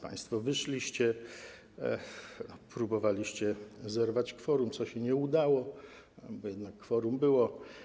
Państwo wyszliście, próbowaliście zerwać kworum, co się nie udało, bo jednak kworum było.